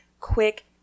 quick